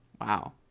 Wow